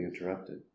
interrupted